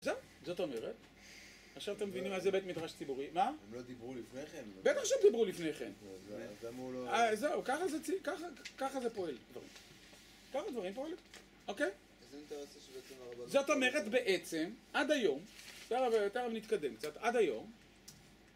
זהו, זאת אומרת, עכשיו אתם מבינים מה זה בית מדרש ציבורי. מה? הם לא דיברו לפני כן. בטח שהם דיברו לפני כן. זהו, ככה זה פועל. ככה דברים פועלים. אוקיי? זאת אומרת בעצם, עד היום, יותר נתקדם קצת. עד היום.